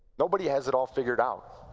nobody has it all figured out.